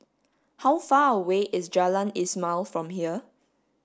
how far away is Jalan Ismail from here